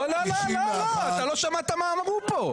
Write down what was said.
לא, לא, לא, אתה לא שמעת מה אמרו פה.